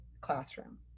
classroom